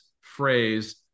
phrase